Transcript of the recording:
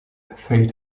three